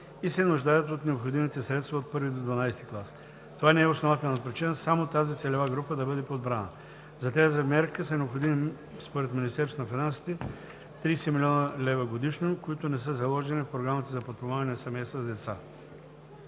и се нуждаят от необходимите средства от I до XII клас. Това не е основателна причина само тази целева група да бъде подбрана. За тази мярка са необходими според Министерството на финансите 30 млн. лв. годишно, които не са заложени в Програмата за подпомагане на семейства с деца.